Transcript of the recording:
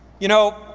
you know,